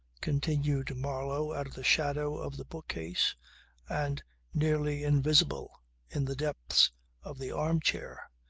continued marlow out of the shadow of the bookcase and nearly invisible in the depths of the arm-chair,